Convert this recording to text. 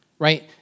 right